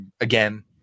again